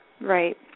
Right